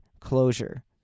closure